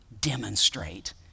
demonstrate